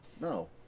No